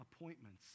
appointments